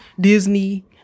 Disney